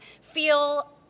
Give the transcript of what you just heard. feel